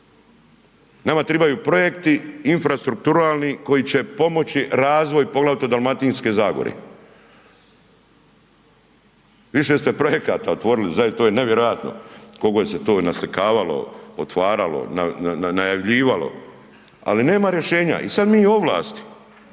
Nama trebaju projekti infrastrukturalni koji će pomoći razvoju poglavito Dalmatinske zagore. Više ste projekata otvorili zaista, to je nevjerojatno koliko se to naslikavalo, otvaralo, najavljivalo ali nema rješenja ali nema